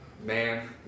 Man